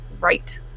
right